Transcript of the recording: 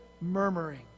murmuring